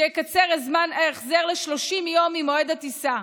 שיקצר את זמן ההחזר ל-30 יום ממועד הטיסה.